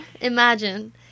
imagine